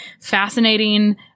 fascinating